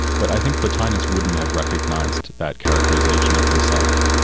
but i think plotinus wouldn't have recognised that characterisation of himself,